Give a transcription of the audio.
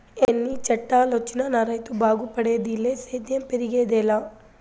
ఎన్ని చట్టాలొచ్చినా నా రైతు బాగుపడేదిలే సేద్యం పెరిగేదెలా